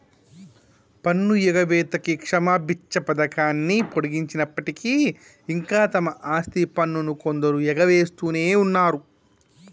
పన్ను ఎగవేతకి క్షమబిచ్చ పథకాన్ని పొడిగించినప్పటికీ ఇంకా తమ ఆస్తి పన్నును కొందరు ఎగవేస్తునే ఉన్నరు